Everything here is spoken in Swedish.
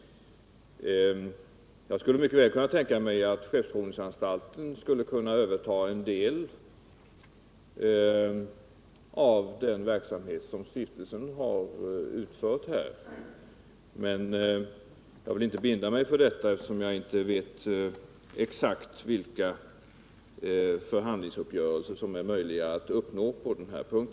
Jag skulle mycket väl kunna tänka mig att skeppsprovningsanstalten skulle kunna överta en del av den verksamhet som stiftelsen har utfört här, men jag vill inte binda mig för detta, eftersom jag inte vet exakt vilka förhandlingsuppgörelser som det är möjligt att uppnå på denna punkt.